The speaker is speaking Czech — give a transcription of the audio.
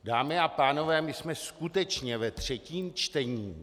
Dámy a pánové, my jsme skutečně ve třetím čtení.